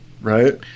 Right